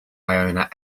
iona